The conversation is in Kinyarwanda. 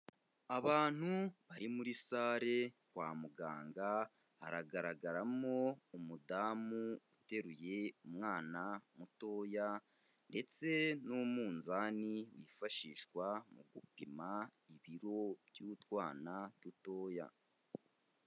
Abantu bari muri sale kwa muganga, haragaragaramo umudamu uteruye umwana mutoya ndetse n'umunzani wifashishwa mu gupima ibiro by'utwana dutoya.